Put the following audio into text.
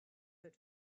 that